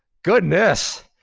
goodness!